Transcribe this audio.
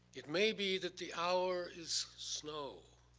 it may be that the hour is snow,